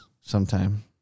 sometime